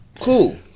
Cool